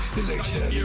Selection